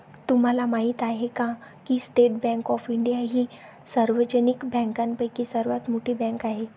तुम्हाला माहिती आहे का की स्टेट बँक ऑफ इंडिया ही सार्वजनिक बँकांपैकी सर्वात मोठी बँक आहे